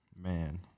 Man